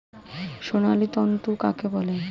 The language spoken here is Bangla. সোনালী তন্তু কাকে বলে?